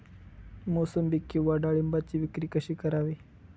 मोसंबी किंवा डाळिंबाची विक्री कशी करावी?